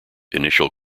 initial